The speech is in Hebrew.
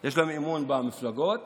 יש אמון במפלגות